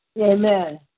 Amen